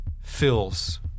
fills